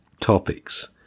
topics